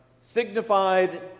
signified